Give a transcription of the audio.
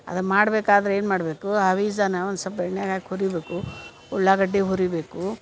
ಅದು ಮಾಡ್ಬೇಕಾದ್ರೆ ಏನು ಮಾಡಬೇಕು ಅವಿಝಾನ ಒಂದು ಸೊಪ್ಪ ಎಣ್ಣೆ ಹಾಕಿ ಹುರಿಬೇಕು ಉಳ್ಳಾಗಡ್ಡೆ ಹುರಿಬೇಕು